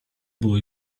było